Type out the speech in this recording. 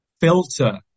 filter